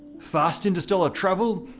fast interstellar travel?